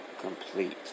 complete